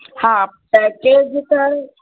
हा पैकेज त